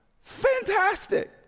fantastic